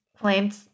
claimed